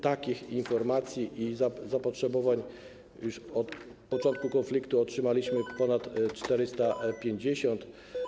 Takich informacji i zapotrzebowań już od początku konfliktu otrzymaliśmy ponad 450.